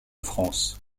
france